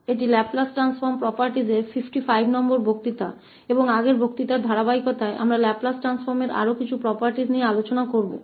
यह Laplace transform के गुणों पर व्याख्यान संख्या 55 है और पिछले व्याख्यान की निरंतरता में हम लाप्लास परिवर्तन के कुछ और गुणों पर चर्चा करेंगे